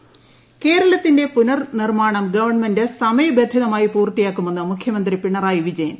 care ഹോംഇൻഡ്രോ കേരളത്തിന്റെ പുനർനിർമ്മാണം ഗവൺമെന്റ് സമയബന്ധിതമായി പൂർത്തിയാക്കുമെന്ന് മുഖ്യമന്ത്രി പിണറായി വിജയൻ